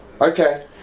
Okay